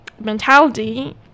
mentality